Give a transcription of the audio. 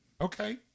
Okay